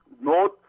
North